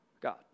God